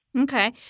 Okay